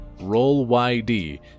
ROLLYD